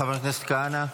חבר הכנסת כהנא,